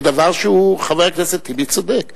כדבר שחבר הכנסת אחמד טיבי צודק בו.